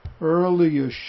earlier